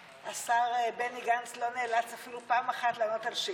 השר בני גנץ לא נאלץ אפילו פעם אחת לענות על שאילתה.